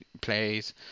plays